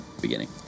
beginning